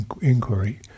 inquiry